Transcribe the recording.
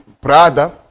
brother